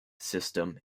system